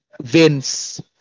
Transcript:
Vince